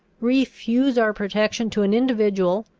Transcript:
refuse our protection to an individual,